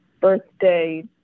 birthday